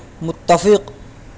متفق